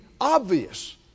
obvious